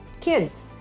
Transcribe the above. kids